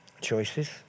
choices